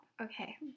okay